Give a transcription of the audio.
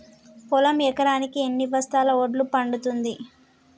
పొలం ఎకరాకి ఎన్ని బస్తాల వడ్లు పండుతుంది?